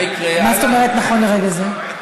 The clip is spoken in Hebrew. מה זאת אומרת נכון לרגע זה?